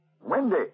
Wendy